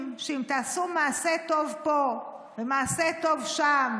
שאם תעשו מעשה טוב פה ומעשה טוב שם,